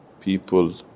people